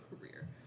career